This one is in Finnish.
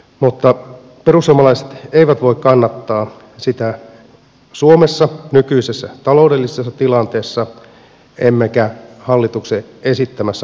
mutta perussuomalaiset eivät voi kannattaa sitä suomessa nykyisessä taloudellisessa tilanteessa eivätkä hallituksen esittämässä muodossa